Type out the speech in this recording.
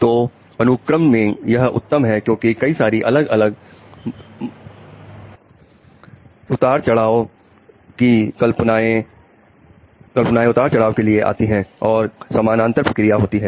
तो अनुक्रम में यह उत्तम है क्योंकि कई सारी अलग अलग अलग सन कल्पनाएं उतार चढ़ाव के लिए आती हैं और समानांतर प्रक्रिया होती है